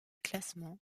classement